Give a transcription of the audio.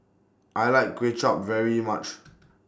I like Kuay Chap very much